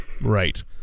Right